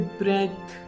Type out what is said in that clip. breath